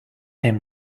him